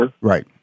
Right